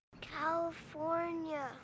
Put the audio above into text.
California